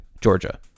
Georgia